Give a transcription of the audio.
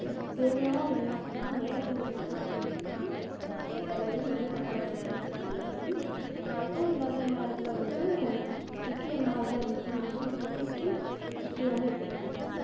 சேமியாவும் இல்லை அப்படின்னா நைட்டு செஞ்ச சாப்பாடுருந்துச்சுனா அதையே கிளரி நான் வந்து தக்காளி சாப்பாடாக எடுத்துகிட்டு போய்ருவேன் அதுவும் இல்லாத நேரத்தில் வந்து இட்லி அந்த மாதிரிலாம் இருந்துச்சுனா வந்து இட்லி பிடிச்சி இட்லி வந்து எடுத்துகிட்டு போய்க்குவேன்